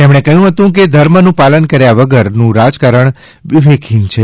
તેમણે કહ્યું હતું કે ધર્મનું પાલન કર્યા વગરનું રાજકારણ વિવેકહિન છે